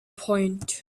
point